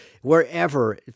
wherever